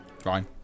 Fine